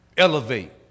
Elevate